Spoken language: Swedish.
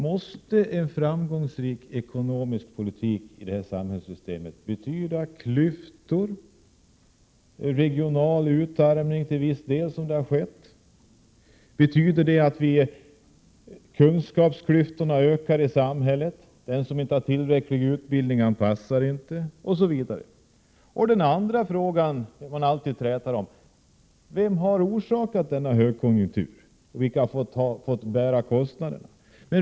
Måste en framgångsrik ekonomisk politik i detta samhällssystem betyda klyftor, regional utarmning, som har skett till viss del, måste kunskapsklyftorna öka i samhället, så att den som inte har tillräcklig utbildning inte passar, osv? Den andra frågan som man alltid träter om är: Vem har åstadkommit denna högkonjunktur, och vilka har fått bära kostnaderna?